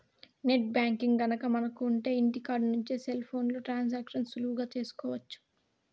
net banking గనక మనకు ఉంటె ఇంటికాడ నుంచి సెల్ ఫోన్లో ట్రాన్సాక్షన్స్ సులువుగా చేసుకోవచ్చు